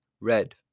red